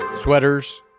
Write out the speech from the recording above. Sweaters